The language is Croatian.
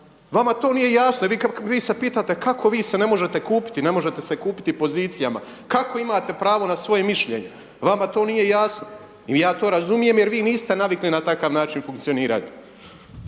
Vama to nije jasno i vi se pitate kako vi se ne možete kupiti, ne možete se kupiti pozicijama, kako imate pravo na svoje mišljenje? Vama to nije jasno i ja to razumijem jer vi niste navikli na takav način funkcioniranja.